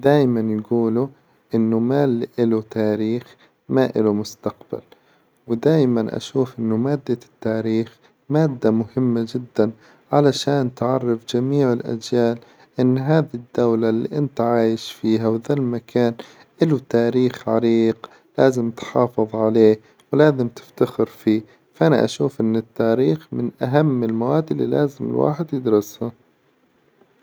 دايما يقولوا إنه إللي ما إله تاريخ ما إله مستقبل ودايما أشوف إن مادة التاريخ مادة مهمة جدا، علشان تعرف جميع الأجيال إن هذي الدولة إللي إنت عايش فيها وذا المكان إله تاريخ عريق لازم تحافظ عليه ولازم تفتخر فيه، فأنا أشوف إن التاريخ من أهم المواد إللي لازم الواحد يدرسها.